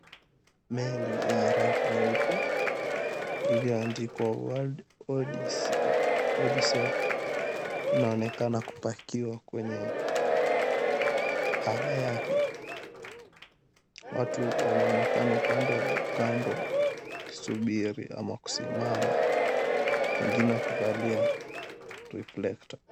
Meli yenye rangi nyeupe lililoandikwa, World Odyssey, inaonekana kupakiwa kwenye harbour yake, watu wanaonekana upande wa kando wakisubiri ama kusimama, wengine kuvalia reflector .